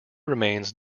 remains